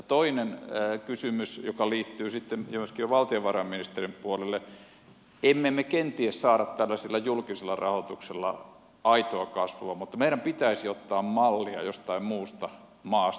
toinen kysymys joka liittyy sitten esimerkiksi valtiovarainministeriön puolelle on että em me me kenties saa tällaisella julkisella rahoituksella aitoa kasvua mutta meidän pitäisi ottaa mallia jostain muusta maasta